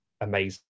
amazing